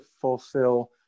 fulfill